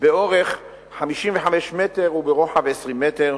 באורך 55 מטרים וברוחב 20 מטרים,